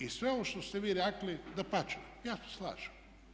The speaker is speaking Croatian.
I sve ovo što ste vi rekli dapače, ja se slažem.